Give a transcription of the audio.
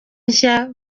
nshya